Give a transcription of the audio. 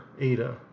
Ada